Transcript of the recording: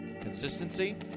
consistency